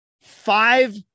five